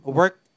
work